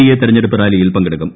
A തെരെഞ്ഞെടുപ്പ് റാലിയിൽ പങ്കെടുക്കും